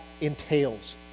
entails